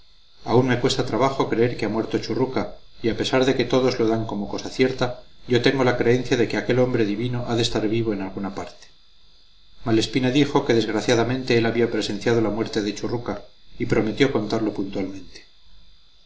aún me cuesta trabajo creer que ha muerto churruca y a pesar de que todos lo dan como cosa cierta yo tengo la creencia de que aquel hombre divino ha de estar vivo en alguna parte malespina dijo que desgraciadamente él había presenciado la muerte de churruca y prometió contarlo puntualmente